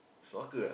soccer ah